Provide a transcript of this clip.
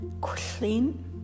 clean